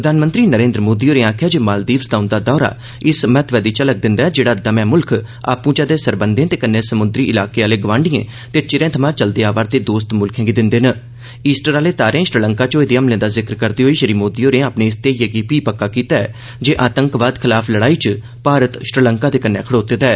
प्रधानमंत्री नरेन्द्र मोदी होरें आखेआ ऐ जे मालदीव्स दा उंदा दौरा इस महत्वै दी झलक दिंदा ऐ जेहड़ा दमै मुल्ख आपूं'चै दे सरबंधें ते कन्नै समुंदरी इलाके आहले गवांडिएं ते चिरै थमां चलदे आवै'रदे दोस्त मुल्खें गी दिंदे ना ईस्टर आहले तारें श्रीलंका च होए दे हमलें दा जिक्र करदे होई श्री मोदी होरें इस ध्येइयै गी फ्ही पक्का कीता जे आतंकवाद खलाफ लड़ाई च भारत श्रीलंका दे कन्नै खड़ोते दा ऐ